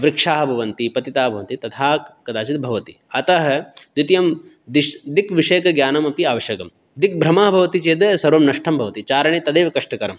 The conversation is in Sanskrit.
वृक्षाः भवन्ति पतिताः भवन्ति तथा कदाचित् भवति अतः द्वितीयं द्विश् दिक् विषयकं ज्ञानमपि आवश्यकं दिक्भ्रमः भवति चेत् सर्वं नष्टं भवति चारणे तदेव कष्टकरम्